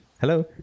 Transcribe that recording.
Hello